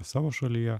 savo šalyje